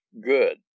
good